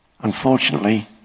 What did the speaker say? Unfortunately